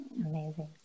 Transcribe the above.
Amazing